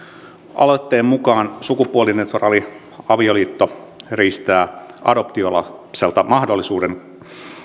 aloitteen mukaan sukupuolineutraali avioliitto riistää adoptiolapselta mahdollisuuden